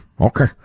Okay